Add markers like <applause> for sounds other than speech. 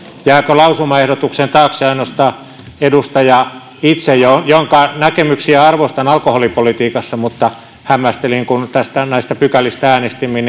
jääkö lausumaehdotuksen taakse ainoastaan edustaja itse jonka näkemyksiä alkoholipolitiikassa arvostan hämmästelin että kun näistä pykälistä äänestimme <unintelligible>